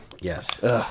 Yes